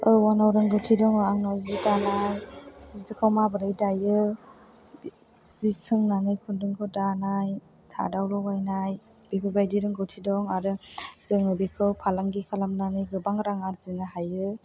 औ आंनाव रोंगौथि दङ आंनाव जि दानाय जिखौ माबोरै दायो जि सोंनानै खुन्दुंखौ दानाय थातआव लगायनाय बेफोरबायदि रोंगौथि दं आरो जोङो बेखौ फालांगि खालामनानै गोबां रां आरजिनो हायो